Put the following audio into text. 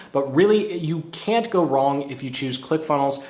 but really you can't go wrong. if you choose click funnels,